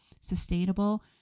sustainable